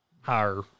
higher